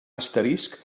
asterisc